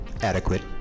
Adequate